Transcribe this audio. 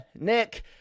Nick